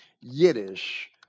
Yiddish